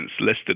listed